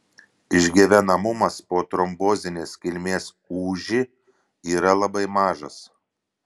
išgyvenamumas po trombozinės kilmės ūži yra labai mažas